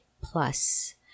plus